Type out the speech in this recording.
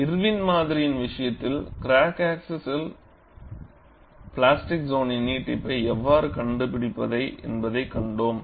Irwin மாதிரியின் விஷயத்தில் crack axis plastic சோனின் நீட்டிப்பை எவ்வாறு கண்டுபிடிப்பது என்பதைக் கண்டோம்